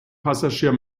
passagier